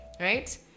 Right